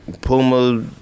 Puma